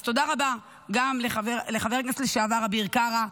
אז תודה רבה לחבר הכנסת לשעבר אביר קארה,